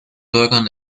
bürgern